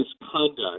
misconduct